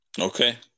Okay